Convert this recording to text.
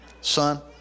Son